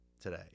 today